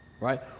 right